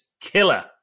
killer